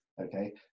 Okay